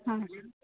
ಹಾಂ